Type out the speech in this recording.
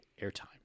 airtime